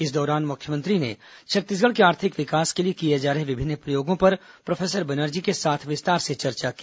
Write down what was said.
इस दौरान मुख्यमंत्री ने छत्तीसगढ़ के आर्थिक विकास के लिए किए जा रहे विभिन्न प्रयोगो पर प्रोफेसर बनर्जी के साथ विस्तार से चर्चा की